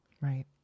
Right